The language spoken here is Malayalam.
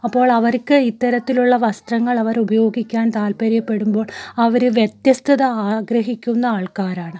അപ്പോൾ അവർക്ക് ഇത്തരത്തിലുള്ള വസ്ത്രങ്ങൾ അവർ ഉപയോഗിക്കാൻ താൽപര്യപ്പെടുമ്പോൾ അവർ വ്യത്യസ്തത ആഗ്രഹിക്കുന്ന ആൾക്കാരാണ്